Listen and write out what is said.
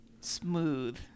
smooth